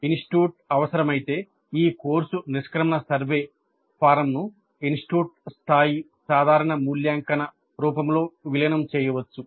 institute అవసరమైతే ఈ course నిష్క్రమణ సర్వే ఫారమ్ను ఇన్స్టిట్యూట్ స్థాయి సాధారణ మూల్యాంకన రూపంలో విలీనం చేయవచ్చు